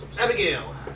Abigail